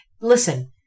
listen